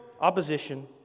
opposition